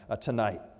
tonight